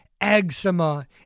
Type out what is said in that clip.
eczema